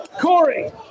Corey